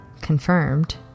confirmed